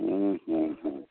ହୁଁ ହୁଁ ହୁଁ